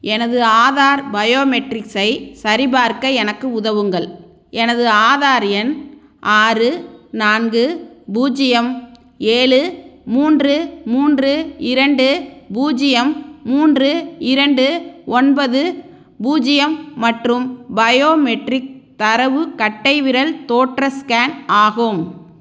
எனது ஆதார் பயோமெட்ரிக்ஸை சரி பார்க்க எனக்கு உதவுங்கள் எனது ஆதார் எண் ஆறு நான்கு பூஜ்ஜியம் ஏழு மூன்று மூன்று இரண்டு பூஜ்ஜியம் மூன்று இரண்டு ஒன்பது பூஜ்ஜியம் மற்றும் பயோமெட்ரிக் தரவு கட்டைவிரல் தோற்ற ஸ்கேன் ஆகும்